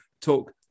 Talk